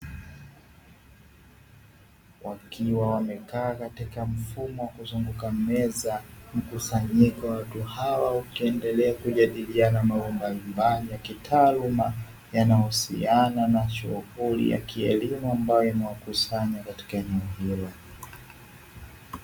Wakiwa wamekaa katika mfumo wa kuzunguka meza, mkusanyiko wa watu hao ukiendelea kujadiliana mambo mbalimbali ya kitaluuma yanayohusiana na shughuli ya kielimu ambayo imewakusanya katika eneo hilo.